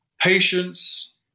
patience